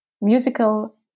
musical